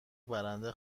برنده